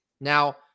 Now